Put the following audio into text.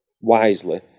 wisely